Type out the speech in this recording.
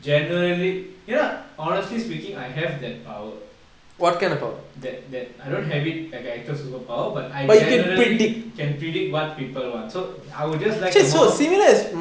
generally you know honestly speaking I have that power that that I don't have it like an actual superpower but I generally can predict what people want so I will just like a more